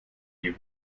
die